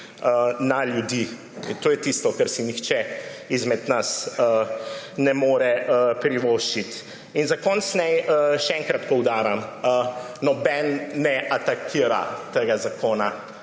na ljudi. In to je tisto, kar si nihče izmed nas ne more privoščiti. In za konec naj še enkrat poudarim, nihče ne atakira tega zakona,